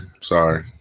Sorry